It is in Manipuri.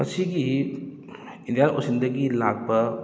ꯃꯁꯤꯒꯤ ꯏꯟꯗꯤꯌꯥꯟ ꯑꯣꯁꯤꯟꯗꯒꯤ ꯂꯥꯛꯄ